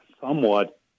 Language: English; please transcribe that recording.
somewhat